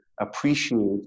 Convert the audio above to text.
appreciate